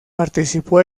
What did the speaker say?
participó